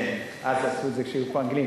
אז עשו את זה כשהיו פה האנגלים.